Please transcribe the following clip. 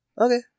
okay